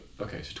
Okay